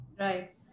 Right